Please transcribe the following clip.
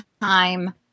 time